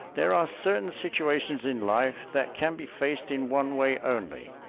there are certain situations in life that can be faced in one way only.